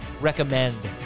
Recommend